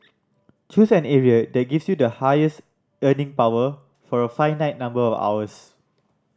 choose an area that gives you the highest earning power for a finite number of hours